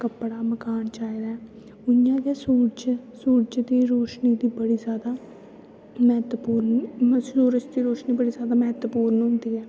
कपड़ा मकान चाहिदा ऐ उइ'यां गै सूरज सूरज दी रोशनी दी बड़ी जैदा म्हत्तवपूर्ण मतलब सूरज दी रोशनी बड़ी जैदा म्हत्तवपूर्ण होंदी ऐ